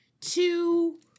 two